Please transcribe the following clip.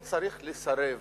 הוא צריך לסרב